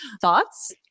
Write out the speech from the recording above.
Thoughts